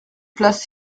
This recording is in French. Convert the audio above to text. place